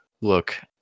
look